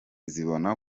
zibona